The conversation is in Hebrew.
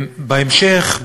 בהמשך,